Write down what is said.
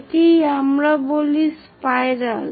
একেই আমরা বলি স্পাইরাল